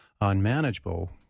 unmanageable